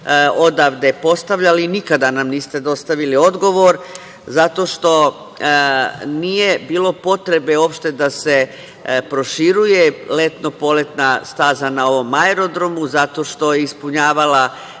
odavde postavljali i nikada nam niste dostavili dogovor, zato što nije bilo potrebe uopšte da se proširuje letno poletna staza na ovom aerodromu zato što je ispunjavala